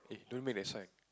don't make that sound